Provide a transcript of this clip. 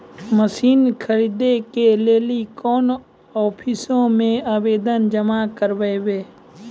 Machine खरीदै के लेली कोन आफिसों मे आवेदन जमा करवै?